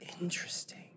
Interesting